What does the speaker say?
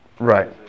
Right